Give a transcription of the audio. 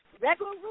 Regular